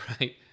right